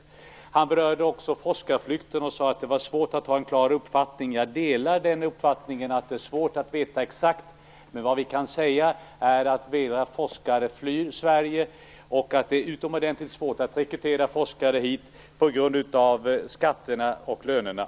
Bengt Silfverstrand berörde också forskarflykten och sade att det var svårt att ha en klar uppfattning. Jag delar uppfattningen att det är svårt att veta exakt, men vad vi kan säga är att flera forskare flyr Sverige och att det är utomordentligt svårt att rekrytera forskare hit på grund av skatterna och lönerna.